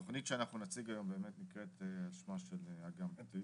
התוכנית שאנחנו נציג היום באמת נקראת על שמה של אגם בתי.